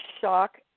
shock